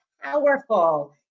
powerful